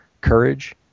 Courage